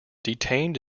detained